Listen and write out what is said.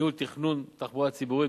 ניהול ותכנון התחבורה הציבורית,